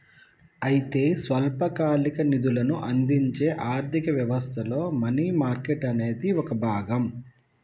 అయితే స్వల్పకాలిక నిధులను అందించే ఆర్థిక వ్యవస్థలో మనీ మార్కెట్ అనేది ఒక భాగం